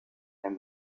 and